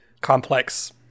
complex